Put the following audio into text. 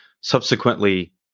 subsequently